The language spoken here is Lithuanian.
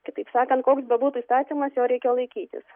kitaip sakant koks bebūtų įstatymas jo reikia laikytis